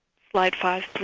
slide five,